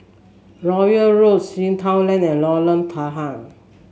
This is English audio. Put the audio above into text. Royal Road Sea Town Lane and Lorong Tahar